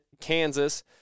Kansas